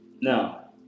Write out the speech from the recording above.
No